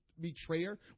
betrayer